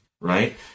right